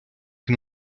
він